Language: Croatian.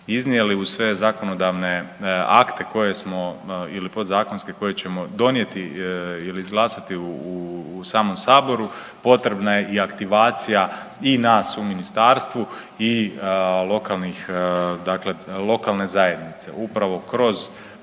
iznijeli, uz sve zakonodavne akte koje smo ili podzakonske koje ćemo donijeti ili izglasati u samom saboru … potrebna je i aktivacija i nas u ministarstvu i lokalnih dakle lokalne zajednice upravo kroz